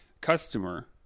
customer